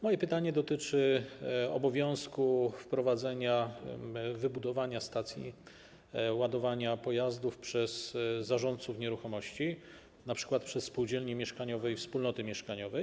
Moje pytanie dotyczy obowiązku wprowadzenia, wybudowania stacji ładowania pojazdów przez zarządców nieruchomości, np. przez spółdzielnie mieszkaniowe i wspólnoty mieszkaniowe.